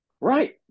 Right